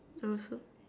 I also